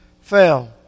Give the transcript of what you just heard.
fell